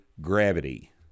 gravity